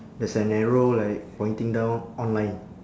there's an arrow like pointing down online